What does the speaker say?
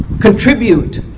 contribute